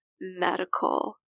medical